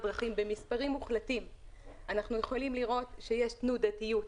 דרכים במספרים מוחלטים אנחנו יכולים לראות שיש תנודתיות: